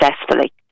successfully